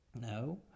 No